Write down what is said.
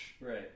Right